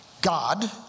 God